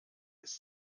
ist